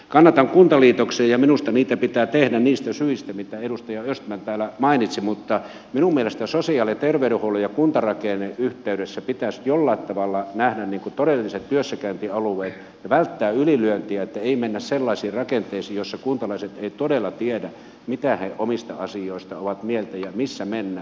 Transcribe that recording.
kannatan kuntaliitoksia ja minusta niitä pitää tehdä niistä syistä mitä edustaja östman täällä mainitsi mutta minun mielestäni sosiaali ja terveydenhuollon ja kuntarakenteen yhteydessä pitäisi jollain tavalla nähdä todelliset työssäkäyntialueet ja välttää ylilyöntiä että ei mennä sellaisiin rakenteisiin joissa kuntalaiset eivät todella tiedä mitä he omista asioistaan ovat mieltä ja missä mennään